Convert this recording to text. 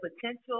potential